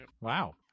Wow